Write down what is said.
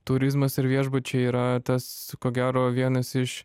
turizmas ir viešbučiai yra tas ko gero vienas iš